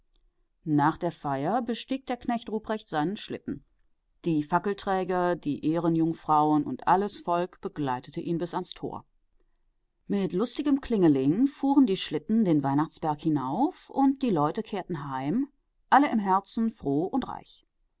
nach der feier bestieg der knecht ruprecht seinen schlitten die fackelträger die ehrenjungfrauen und alles volk begleitete ihn bis ans tor mit lustigem klingeling fuhren die schlitten den weihnachtsberg hinauf und die leute kehrten heim alle im herzen froh und reich